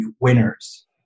winners